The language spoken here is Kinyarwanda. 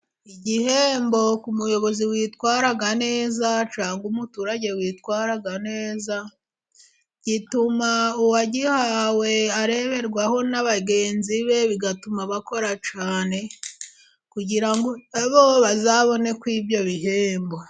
Igihembo ku muyobozi witwara neza, cyangwa umuturage witwara neza, gituma uwagihawe areberwaho na bagenzi be, bigatuma bakora cyane, kugira ngo nabo bazabone kuri ibyo bihembo.